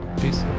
Peace